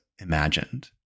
imagined